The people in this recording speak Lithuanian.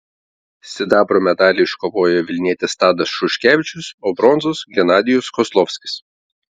sidabro medalį iškovojo vilnietis tadas šuškevičius o bronzos genadijus kozlovskis